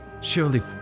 Surely